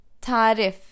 tarif